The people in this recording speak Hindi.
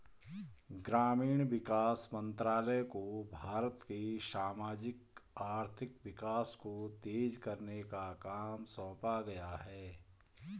ग्रामीण विकास मंत्रालय को भारत के सामाजिक आर्थिक विकास को तेज करने का काम सौंपा गया है